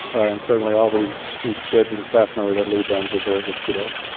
and certainly all these these kids and staff members that lead them deserve the kudos.